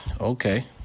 Okay